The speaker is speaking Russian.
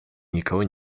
никого